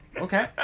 okay